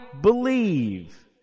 believe